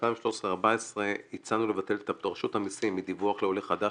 ב-2013-2014 הצענו לבטל את הפטור של רשות המיסים מדיווח לעולה חדש,